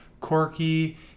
quirky